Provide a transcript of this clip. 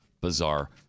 Bizarre